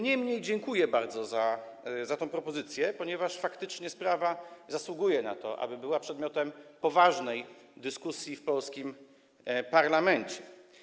Niemniej dziękuję bardzo za tę propozycję, ponieważ faktycznie sprawa zasługuje na to, aby być przedmiotem poważnej dyskusji w polskim parlamencie.